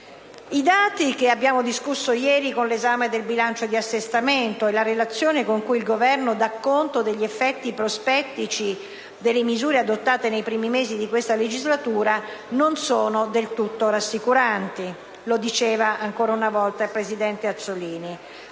I dati che abbiamo discusso ieri nel corso dell'esame del disegno di legge di assestamento e la Relazione con cui il Governo dà conto degli effetti prospettici delle misure adottate nei primi mesi di questa legislatura non sono del tutto rassicuranti, come diceva ancora una volta il presidente Azzollini.